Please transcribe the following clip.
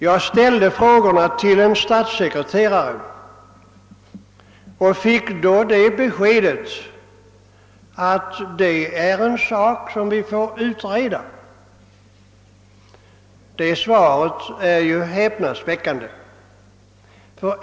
Jag ställde dessa frågor till en statssekreterare och fick då beskedet, att det är en sak som vi får utreda. Det svaret är ju häpnadsväckande.